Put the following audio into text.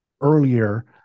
earlier